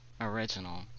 original